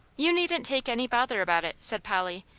you needn't take any bother about it, said polly,